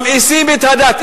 ממאיסים את הדת.